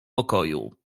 pokoju